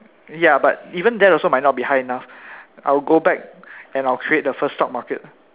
ya but even that also might not be high enough I will go back and I'll create the first stock market